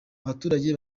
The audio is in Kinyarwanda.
abaturage